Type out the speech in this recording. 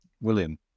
William